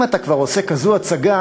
אם אתה כבר עושה כזו הצגה,